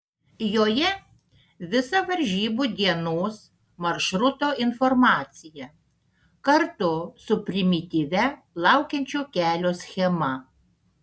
joje visa varžybų dienos maršruto informacija kartu su primityvia laukiančio kelio schema